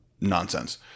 nonsense